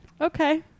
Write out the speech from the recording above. Okay